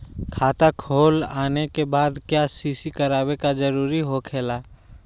खाता खोल आने के बाद क्या बासी करावे का जरूरी हो खेला?